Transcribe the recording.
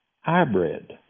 Hybrid